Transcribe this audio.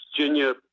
Virginia